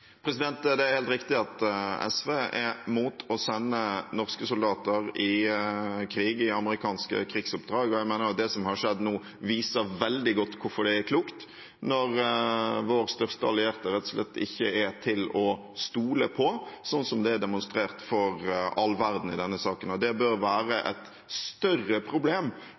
Det er helt riktig at SV er imot å sende norske soldater i krig i amerikanske krigsoppdrag, og jeg mener at det som har skjedd nå, viser veldig godt hvorfor det er klokt, når vår største allierte rett og slett ikke er til å stole på, sånn som det er demonstrert for all verden i denne saken. Det bør være et større problem